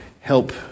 Help